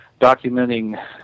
documenting